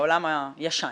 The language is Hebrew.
בעולם הישן